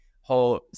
whole